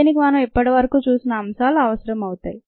దీనికి మనం ఇప్పటి వరకు చూసిన అంశాలు అవసరం అవుతాయి